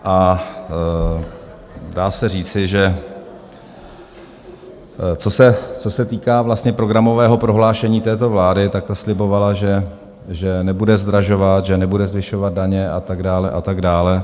A dá se říci, že co se týká programového prohlášení této vlády, tak ta slibovala, že nebude zdražovat, že nebude zvyšovat daně a tak dále, a tak dále.